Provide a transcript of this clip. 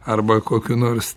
arba kokiu nors